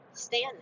stand